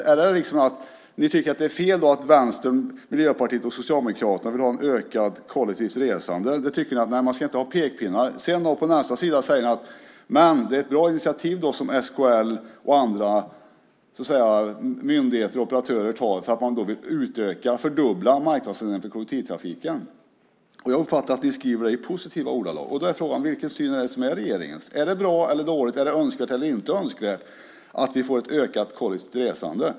Tycker ni att det är fel att Vänstern, Miljöpartiet och Socialdemokraterna vill ha ett ökat kollektivt resande? Ni tycker inte att man ska ha pekpinnar. På nästa sida säger ni att det är ett bra initiativ som SKL och andra myndigheter och operatörer tar när de vill fördubbla marknadsandelarna för kollektivtrafiken. Jag uppfattar att ni skriver det i positiva ordalag. Då är frågan: Vilken syn är regeringens? Är det bra eller dåligt, är det önskvärt eller inte önskvärt att vi får ett ökat kollektivt resande?